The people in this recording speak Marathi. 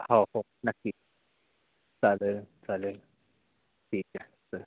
होव हो नक्की चालेल चालेल ठीकय चल